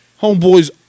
Homeboy's